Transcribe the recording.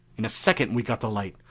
in a second we got the light.